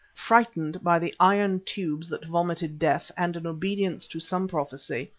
frightened by the iron tubes that vomited death and in obedience to some prophecy,